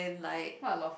what law for